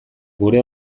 gure